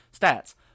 stats